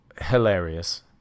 hilarious